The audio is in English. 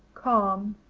calm,